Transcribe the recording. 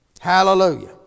Hallelujah